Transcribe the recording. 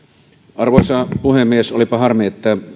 arvoisa puhemies olipa harmi että